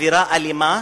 אווירה אלימה,